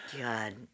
God